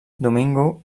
domingo